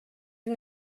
бир